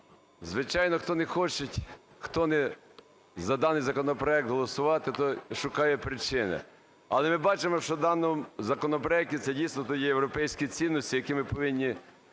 Звичайно, хто не хоче за даний законопроект голосувати, той шукає причини. Але ми бачимо, що в даному законопроекті це дійсно, то є європейські цінності, які ми повинні